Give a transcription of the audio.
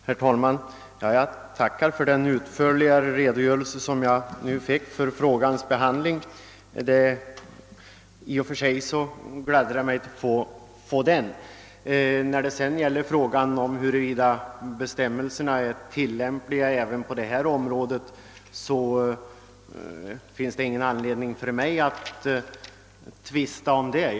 Herr talman! Jag tackar för den utförligare redogörelse som jag nu fick för frågans behandling. Jag gladde mig mycket över detta. När det gäller frågan om huruvida bestämmelserna är tillämpliga även på detta område finns det inte någon anledning för mig att tvista om denna sak.